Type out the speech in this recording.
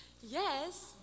yes